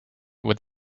with